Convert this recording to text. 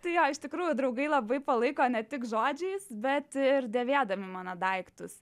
tai jo iš tikrųjų draugai labai palaiko ne tik žodžiais bet ir dėvėdami mano daiktus